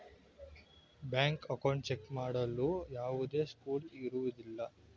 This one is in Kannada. ಬ್ಯಾಂಕ್ ಅಕೌಂಟ್ ಚೆಕ್ ಮಾಡಲು ಯಾವುದೇ ಶುಲ್ಕ ಇರುವುದಿಲ್ಲ